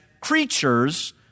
creatures